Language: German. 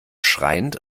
schreiend